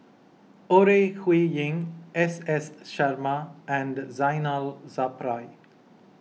Ore Huiying S S Sarma and Zainal Sapari